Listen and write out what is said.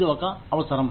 ఇది ఒక అవసరం